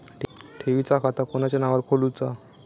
ठेवीचा खाता कोणाच्या नावार खोलूचा?